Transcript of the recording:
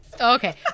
okay